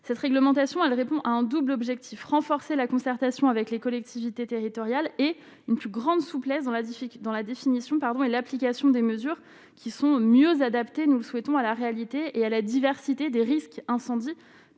cette réglementation, elle répond à un double objectif : renforcer la concertation avec les collectivités territoriales et une plus grande souplesse dans la difficile dans la définition pardon et l'application des mesures qui sont mieux adaptés, nous souhaitons à la réalité et à la diversité des risques d'incendie